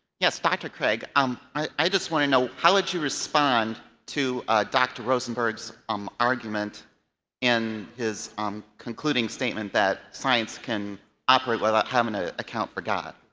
yeah dr. craig, um i just want to know how would you respond to dr. rosenberg's um argument and his um concluding statement that science can operate without having to account for god?